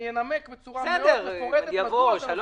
אני אנמק בצורה מאוד מפורטת מדוע זה נושא חדש.